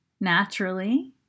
naturally